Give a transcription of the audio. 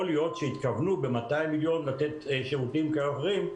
יכול להיות שהתכוונו ב-200 מיליון לתת שירותים כאלה או אחרים,